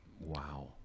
Wow